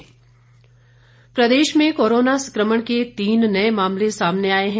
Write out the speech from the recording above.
corona मामले प्रदेश में कोरोना संक्रमण के तीन नए मामले सामने आए हैं